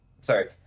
Sorry